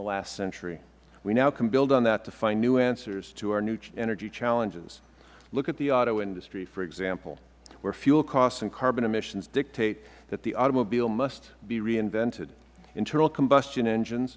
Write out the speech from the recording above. the last century we now can build on that to find new answers to our energy challenges look at the auto industry for example where fuel costs and carbon emissions dictate that the automobile must be reinvented internal combustion engine